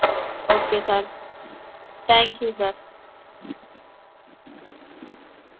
okay sir thank you sir